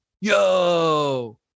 Yo